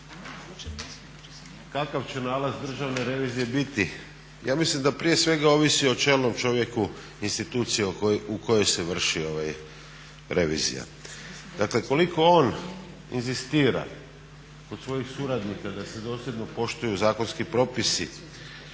kakav će nalaz državne revizije biti ja mislim da prije svega ovisi o čelnom čovjeku institucije u kojoj se vrši revizija. Dakle koliko on inzistira od svojih suradnika da se dosljedno poštuju zakonski propisi,